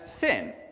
sin